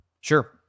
Sure